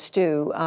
stu,